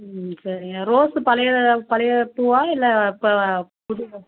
ம் சரிங்க ரோஸு பழைய பழைய பூவா இல்லை இப்போ புதுசா